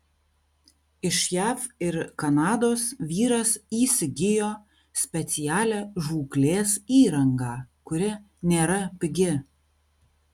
iš jav ir kanados vyras įsigijo specialią žūklės įrangą kuri nėra pigi